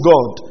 God